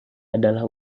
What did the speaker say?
adalah